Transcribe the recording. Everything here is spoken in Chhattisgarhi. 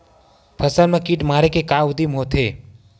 फसल मा कीट मारे के का उदिम होथे?